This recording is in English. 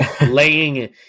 laying